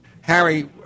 Harry